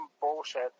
bullshit